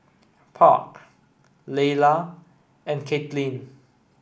Park Layla and Caitlynn